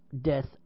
Death